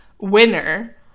winner